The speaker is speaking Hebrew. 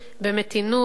במתינות,